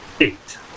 Eight